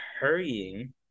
hurrying